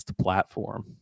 platform